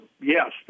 yes